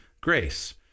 grace